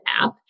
app